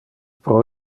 pro